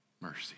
mercy